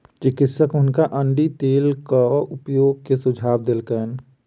चिकित्सक हुनका अण्डी तेलक उपयोग के सुझाव देलकैन